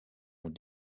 ont